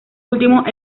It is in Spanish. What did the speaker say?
últimos